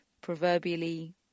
proverbially